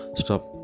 stop